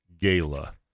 Gala